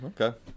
okay